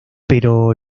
pero